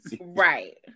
Right